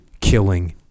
killing